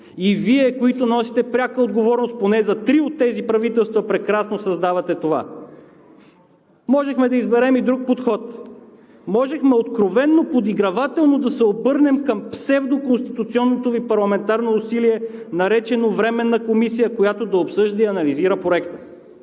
И Вие, които носите пряка отговорност поне за три от тези правителства, прекрасно съзнавате това. Можехме да изберем и друг подход, можехме откровено подигравателно да се обърнем към псевдоконституционното Ви парламентарно усилие, наречено „временна комисия“, която да обсъжда и анализира проекта.